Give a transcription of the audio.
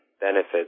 benefits